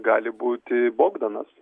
gali būti bogdanas